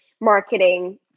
marketing